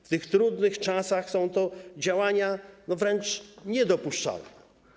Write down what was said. W tych trudnych czasach są to działania wręcz niedopuszczalne.